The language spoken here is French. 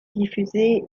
diffusée